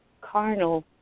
carnal